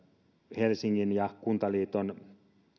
helsingin ja kuntaliiton